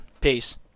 Peace